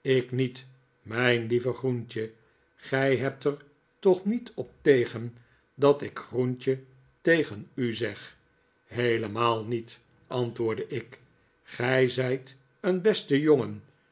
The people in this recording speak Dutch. ik niet mijn lieve groentje gij hebt er toch niet op tegen dat ik groentje tegen u zeg heelemaal niet antwoordde ik gij zijt een beste jongen